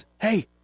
Hey